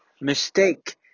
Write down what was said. mistake